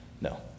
No